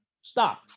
stop